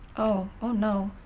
oh, oh no.